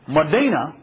Medina